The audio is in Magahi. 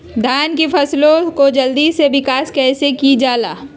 धान की फसलें को जल्दी से विकास कैसी कि जाला?